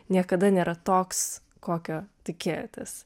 niekada nėra toks kokio tikėjotės